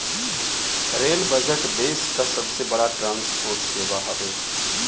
rail budget देस कअ सबसे बड़ ट्रांसपोर्ट सेवा हवे